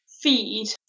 feed